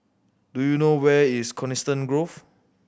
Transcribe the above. do you know where is Coniston Grove